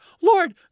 Lord